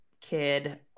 kid